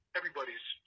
everybody's